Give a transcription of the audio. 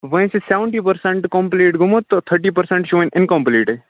وۄنۍ چھِ seventy percent complete گوٚمُت تہٕ تھٔٹی پٔرسَنٛٹ چھُ وَنۍ اِنکَمپٕلیٖٹٕے